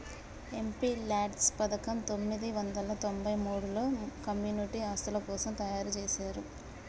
MPLADS పథకం పందొమ్మిది వందల తొంబై మూడులో కమ్యూనిటీ ఆస్తుల కోసం తయ్యారుజేశారు